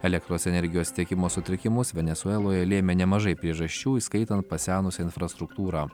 elektros energijos tiekimo sutrikimus venesueloje lėmė nemažai priežasčių įskaitant pasenusią infrastruktūrą